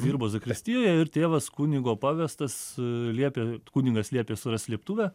dirbo zakristijoje ir tėvas kunigo pavestas liepė kunigas liepė surast slėptuvę